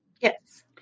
Yes